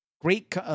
great